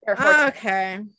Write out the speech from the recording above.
okay